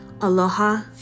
Aloha